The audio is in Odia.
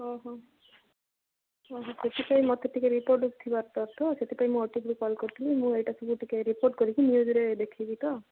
ଓ ହଃ ଓ ହଃ ସେଥିପାଇଁ ମୋତେ ଟିକେ ରିପୋର୍ଟ ଥିବା ଦରକାର ତ ସେଥିପାଇଁ ମୁଁ ଓଟିଭିରୁ କଲ୍ କରିଥିଲି ମୁଁ ଏଇଟା ସବୁ ଟିକେ ରିପୋର୍ଟ କରିକି ନ୍ୟୁଜ୍ରେ ଦେଖାଇବି ତ